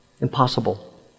Impossible